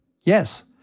Yes